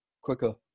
quicker